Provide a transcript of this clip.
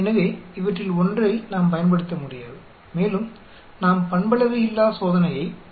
எனவே இவற்றில் ஒன்றை நாம் பயன்படுத்த முடியாது மேலும் நாம் பண்பளவையில்லா சோதனையை நாட வேண்டும்